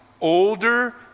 older